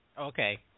Okay